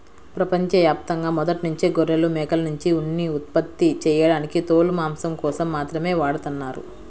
ప్రపంచ యాప్తంగా మొదట్నుంచే గొర్రెలు, మేకల్నుంచి ఉన్ని ఉత్పత్తి చేయడానికి తోలు, మాంసం కోసం మాత్రమే వాడతన్నారు